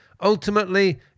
Ultimately